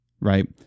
right